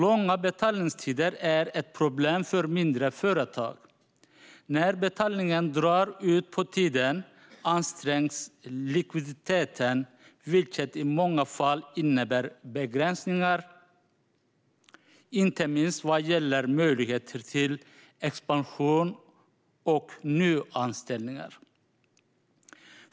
Långa betaltider är ett problem för mindre företag. När betalningar drar ut på tiden ansträngs likviditeten, vilket i många fall innebär begränsningar, inte minst vad gäller möjligheter till expansion och nyanställningar.